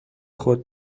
خود